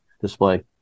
display